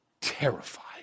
terrified